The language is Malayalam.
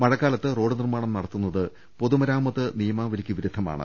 മഴക്കാലത്ത് റോഡ് നിർമ്മാണം നടത്തു ന്നത് പൊതുമരാമത്ത് നിയമാവലിക്ക് വിരുദ്ധമാണ്